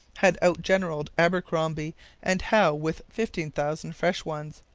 had out-generalled abercromby and howe with fifteen thousand fresh ones.